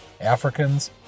Africans